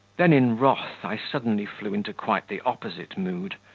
then, in wrath, i suddenly flew into quite the opposite mood.